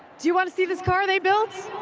do you want to see this car they built?